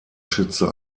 schütze